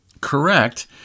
correct